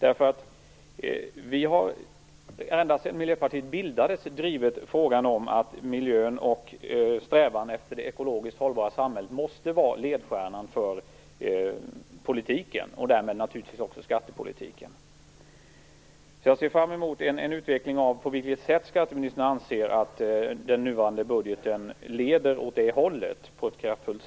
Ända sedan Miljöpartiet bildades har vi drivit frågan om att miljön och strävan efter det ekologiskt hållbara samhället måste vara ledstjärnan för politiken och därmed naturligtvis också för skattepolitiken. Jag ser fram emot att skatteministern utvecklar det sätt på vilket han anser att den nuvarande budgeten kraftfullt leder åt det hållet.